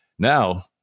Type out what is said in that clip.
Now